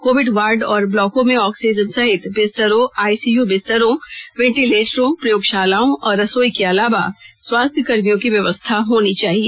Covid ward और ब्लॉकों में ऑक्सीजन सहित बिस्तरों आईसीयू बिस्तरों वेंटीलेटरों प्रयोगशालाओं और रसोई के अलावा स्वास्थ्यकर्मियों की व्यवस्था होनी चाहिए